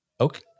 Okay